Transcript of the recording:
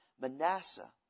Manasseh